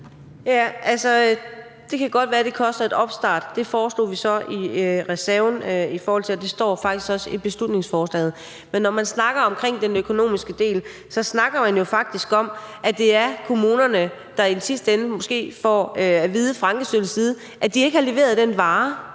det kan godt være, at det koster i starten. Det foreslår vi så skal tages fra reserven, og det står faktisk også i beslutningsforslaget. Men når man snakker om den økonomiske del, snakker man jo faktisk om, at det er kommunerne, der i sidste ende måske får at vide fra Ankestyrelsens side, at de ikke har leveret den vare.